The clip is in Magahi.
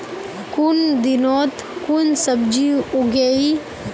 कुन दिनोत कुन सब्जी उगेई?